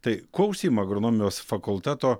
tai kuo užsiima agronomijos fakulteto